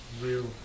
real